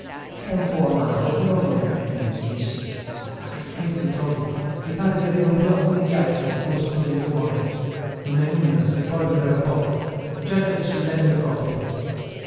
è un po amaro però non è cattivo disse ah che freddo oby i pare di avere un blocco di ghiaccio al posto del cuore non è nulla e poi durerà poco gettati sul letto e copriti